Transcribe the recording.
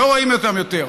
לא רואים אותם יותר.